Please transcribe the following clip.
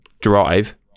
drive